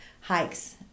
hikes